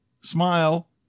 Smile